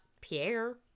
pierre